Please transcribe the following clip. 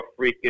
freaking